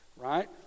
right